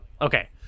okay